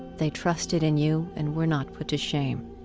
they trusted in you and were not put to shame.